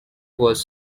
was